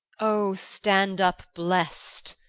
o, stand up bless'd!